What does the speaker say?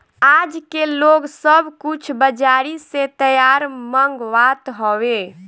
आजके लोग सब कुछ बजारी से तैयार मंगवात हवे